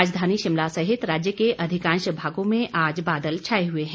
राजधानी शिमला सहित राज्य के अधिकांश भागों में आज बादल छाए हुए हैं